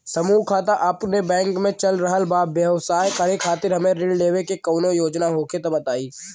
समूह खाता आपके बैंक मे चल रहल बा ब्यवसाय करे खातिर हमे ऋण लेवे के कौनो योजना होखे त बताई?